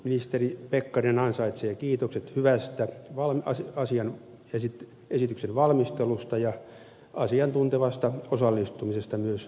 ministeri pekkarinen ansaitsee kiitokset hyvästä esityksen valmistelusta ja asiantuntevasta osallistumisesta myös lähetekeskusteluun